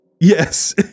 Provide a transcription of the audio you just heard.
yes